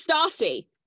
Stacy